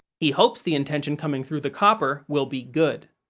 he hopes the intention coming through the copper will be good.